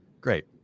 great